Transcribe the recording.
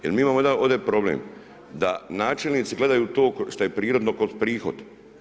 Jer mi imamo jedan ovdje problem da načelnici gledaju to što je prirodno kroz prihod.